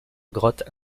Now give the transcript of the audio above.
grotte